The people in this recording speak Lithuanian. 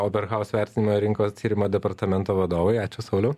oberhauz vertinimo ir rinkos tyrimo departamento vadovui ačiū sauliau